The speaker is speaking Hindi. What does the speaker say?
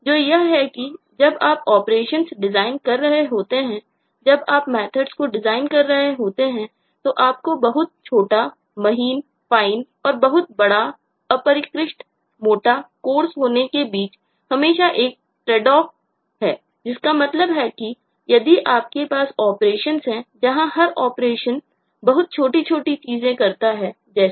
जिसका मतलब है कि यदि आपके पास ऑपरेशन हैं जहां हर ऑपरेशन जो बहुत छोटी छोटी चीजें करता है जैसे